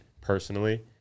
Personally